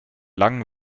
langen